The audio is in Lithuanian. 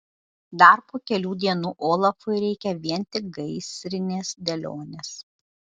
dar po kelių dienų olafui reikia vien tik gaisrinės dėlionės